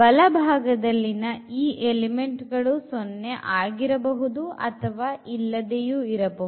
ಬಲಗಡೆ ಭಾಗದಲ್ಲಿನ ಈ ಎಲಿಮೆಂಟ್ ಗಳು 0 ಆಗಿರಬಹುದು ಅಥವಾ ಇಲ್ಲದೆಯೂ ಇರಬಹುದು